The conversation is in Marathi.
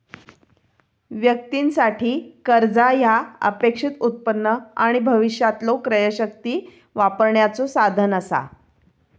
व्यक्तीं साठी, कर्जा ह्या अपेक्षित उत्पन्न आणि भविष्यातलो क्रयशक्ती वापरण्याचो साधन असा